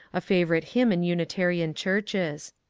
a fa vourite hymn in unitarian churches.